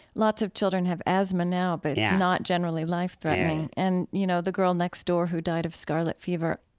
lots of children have asthma now, but it's not generally life-threatening. and, you know, the girl next door who died of scarlet fever,